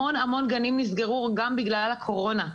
המון גני נסגרו גם בגלל הקורונה.